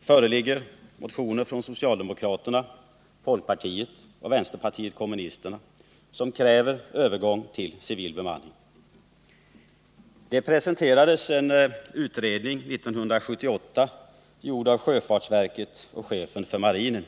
Det föreligger nu motioner från socialdemokraterna, folkpartiet och vpk som kräver övergång till civil bemanning. Det presenterades en utredning 1978, gjord av sjöfartsverket och chefen för marinen.